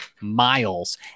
miles